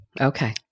Okay